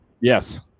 Yes